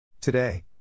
Today